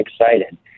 excited